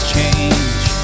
change